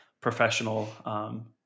professional